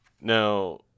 now